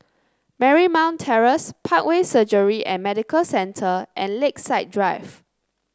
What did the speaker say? Marymount Terrace Parkway Surgery and Medical Centre and Lakeside Drive